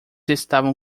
estavam